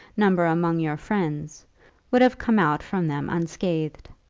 number among your friends would have come out from them unscathed?